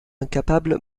incapable